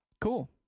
Cool